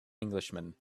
englishman